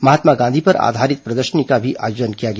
महात्मा गांधी पर आधारित प्रदर्शनी का भी आयोजन किया गया